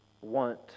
want